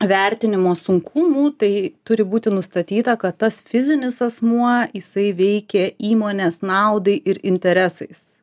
vertinimo sunkumų tai turi būti nustatyta kad tas fizinis asmuo jisai veikė įmonės naudai ir interesais